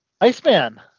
Iceman